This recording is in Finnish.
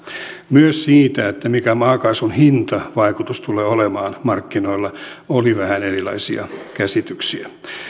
myös siitä mikä maakaasun hintavaikutus tulee olemaan markkinoilla oli vähän erilaisia käsityksiä